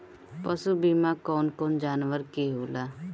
पशु बीमा कौन कौन जानवर के होला?